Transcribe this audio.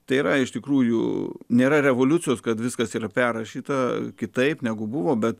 tai yra iš tikrųjų nėra revoliucijos kad viskas yra perrašyta kitaip negu buvo bet